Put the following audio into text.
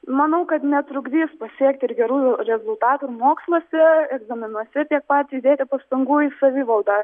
manau kad netrukdys pasiekti ir gerų rezultatų ir moksluose egzaminuose tiek pat įdėti pastangų į savivaldą